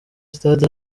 stade